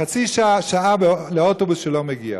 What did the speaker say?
חצי שעה או שעה לאוטובוס שלא מגיע.